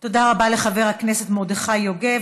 תודה רבה לחבר הכנסת מרדכי יוגב.